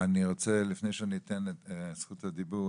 לפני שאני אתן את זכות הדיבור,